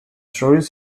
stories